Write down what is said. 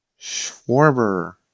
Schwarber